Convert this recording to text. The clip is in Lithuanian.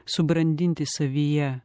subrandinti savyje